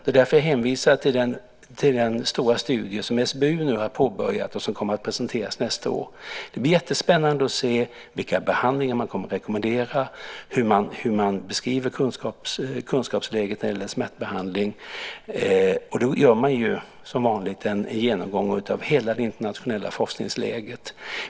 Det är därför jag hänvisar till den stora studie som SBU nu har påbörjat och som kommer att presenteras nästa år. Det blir jättespännande att se vilka behandlingar man kommer att rekommendera och hur man beskriver kunskapsläget när det gäller smärtbehandling. Då gör man som vanligt en genomgång av hela det internationella forskningsläget.